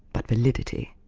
but validity.